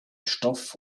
stoff